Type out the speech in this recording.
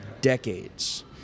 decades